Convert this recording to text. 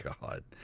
God